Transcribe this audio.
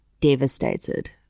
devastated